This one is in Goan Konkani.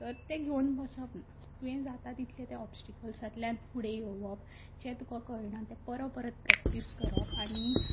तर तें घेवन बसप ना तुवें जाता तितलें तें ऑपस्टिकल्सांतल्यान फुडें येवप जें तुका कळणा तें परपरत प्रेक्टीस करप आनी